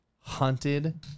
hunted